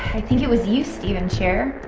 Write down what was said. i think it was you stephen sharer.